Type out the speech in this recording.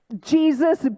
Jesus